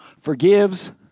forgives